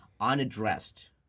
unaddressed